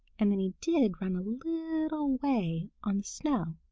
and then he did run a little way on the snow,